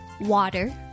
water